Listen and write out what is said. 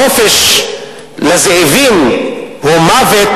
חופש לזאבים הוא מוות